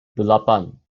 delapan